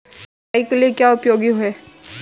निराई के लिए क्या उपयोगी है?